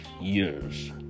years